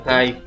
hi